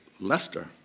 Lester